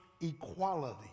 equality